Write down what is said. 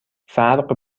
فرق